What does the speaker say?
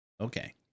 Okay